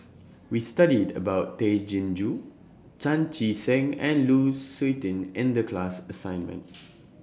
We studied about Tay Chin Joo Chan Chee Seng and Lu Suitin in The class assignment